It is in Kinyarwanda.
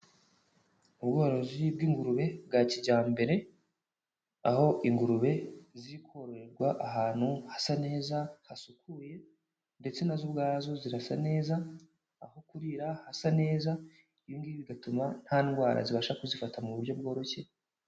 Ubworozi bw'ingurube bwa kijyambere, aho ingurube ziri kororerwa ahantu hasa neza hasukuye ndetse na zo ubwazo zirasa neza, aho kurira hasa neza, ibi ngibi bigatuma nta ndwara zibasha kuzifata mu buryo bworoshye.